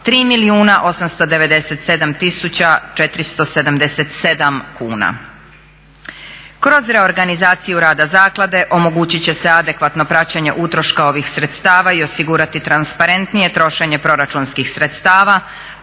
477 kuna. Kroz reorganizaciju rada zaklade omogućit će se adekvatno praćenje utroška ovih sredstava i osigurati transparentnije trošenje proračunskih sredstava